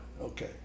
Okay